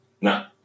No